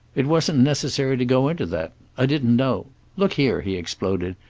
it wasn't necessary to go into that. i didn't know look here, he exploded,